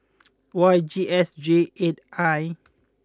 Y G S J eight I